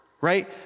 right